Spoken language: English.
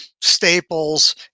staples